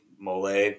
Mole